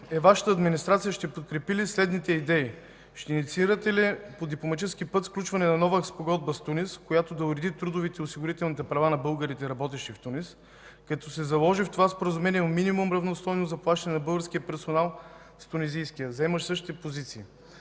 Вашата администрация следните идеи – ще инициирате ли по дипломатически път сключване на нова спогодба с Тунис, която да уреди трудовите и осигурителните права на българите, работещи в Тунис, като в това споразумение се заложи минимум равностойно заплащане на българския персонал с тунизийския, заемащ същите позиции?